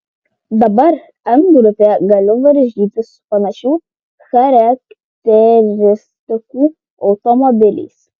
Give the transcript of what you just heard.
dabar n grupėje galiu varžytis su panašių charakteristikų automobiliais